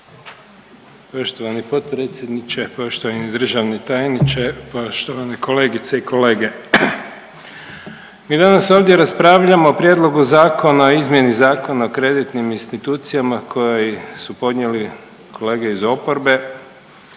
Poštovani potpredsjedniče, poštovani državni tajniče, poštovane kolegice i kolege. Mi danas ovdje raspravljamo o Prijedlogu zakona o izmjeni Zakona o kreditnim institucijama koji su podnijeli kolege iz oporbe